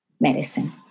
medicine